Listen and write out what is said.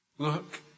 Look